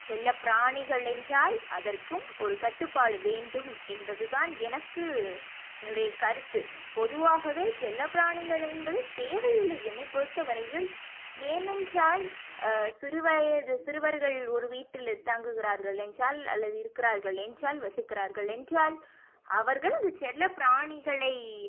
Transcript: செல்லப்பிராணிகள் என்றால் அதற்கும் ஒரு கட்டுப்பாடு வேண்டும் என்பதுதான் எனக்கு என்னுடைய கருத்து பொதுவாகவே செல்லப்பிராணிகள் என்பது தேவையில்லை என்னை பொறுத்த வரையில் ஏனென்றால் சிறு வயது சிறுவர்கள் ஒரு வீட்டில் தங்குகிறார்கள் என்றால் அல்லது இருக்கிறார்கள் என்றால் வசிக்கிறார்கள் என்றால் அவர்கள் அந்த செல்லப்பிராணிகளை